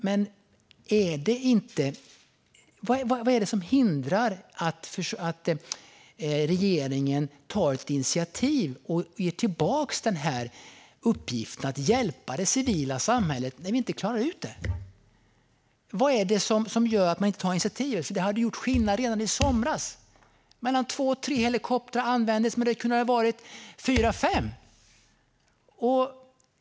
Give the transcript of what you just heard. Vad är det som hindrar att regeringen tar initiativ till att ge tillbaka uppgiften att hjälpa det civila samhället när vi inte klarar ut det här? Varför tar man inte något sådant initiativ? Det hade ju gjort skillnad redan i somras. Mellan två och tre helikoptrar användes, men det hade kunnat vara fyra fem.